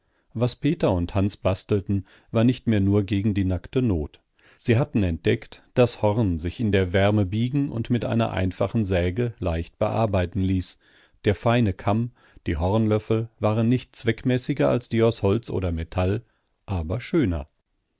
was peter und hans bastelten war nicht mehr nur gegen die nackte not sie hatten entdeckt daß horn sich in der wärme biegen und mit einer einfachen säge leicht bearbeiten ließ der feine kamm die hornlöffel waren nicht zweckmäßiger als die aus holz oder metall aber schöner